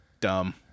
dumb